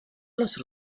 los